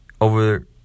over